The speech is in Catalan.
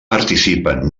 participen